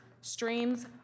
streams